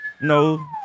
no